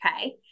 Okay